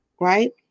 Right